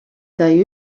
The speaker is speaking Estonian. sai